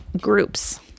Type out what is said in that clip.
groups